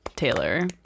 Taylor